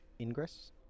ingress